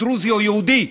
דרוזי או יהודי.